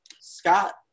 Scott